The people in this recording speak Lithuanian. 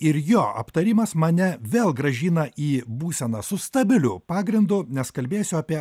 ir jo aptarimas mane vėl grąžina į būseną su stabiliu pagrindu nes kalbėsiu apie